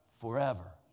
forever